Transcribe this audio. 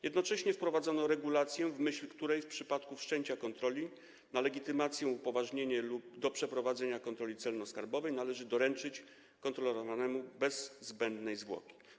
Jednocześnie wprowadzono regulację, w myśl której w przypadku wszczęcia kontroli na podstawie legitymacji upoważnienie do przeprowadzenia kontroli celno-skarbowej należy doręczyć kontrolowanemu bez zbędnej zwłoki.